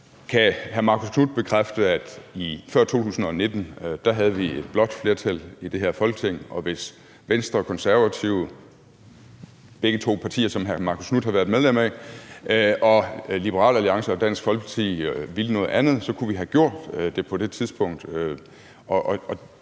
Kan hr. Marcus Knuth bekræfte, at før 2019 havde vi et blåt flertal i det her Folketing, og hvis Venstre og Konservative – begge to partier, som hr. Marcus Knuth har været medlem af – og Liberal Alliance og Dansk Folkeparti ville noget andet, så kunne vi have gjort det på det tidspunkt?